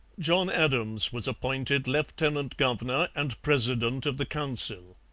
john adams was appointed lieutenant-governor and president of the council.